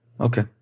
okay